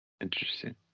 Interesting